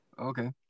Okay